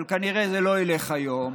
אבל כנראה זה לא ילך היום,